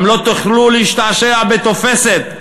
גם לא תוכלו להשתעשע בתופסת,